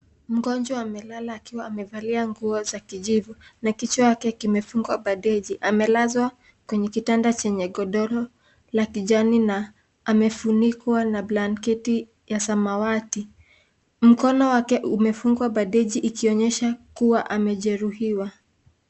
Mgonjwa amelala akiwa amevalia nguo kikivu na kichwa yake imefungwa bandeji amelazwa kwa katanda lenye godoro la kijani na amefunikwa na blanketi ya samawati mkono wake imefungwa bandeji kuonyesha kuwa amejehuriwa .